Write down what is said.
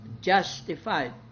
justified